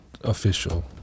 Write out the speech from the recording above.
official